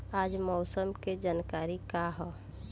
आज मौसम के जानकारी का ह?